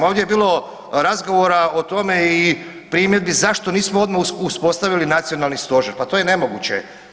Ovdje je bilo razgovora o tome i primjedbi zašto nismo odmah uspostavili nacionalni stožer, pa to je nemoguće.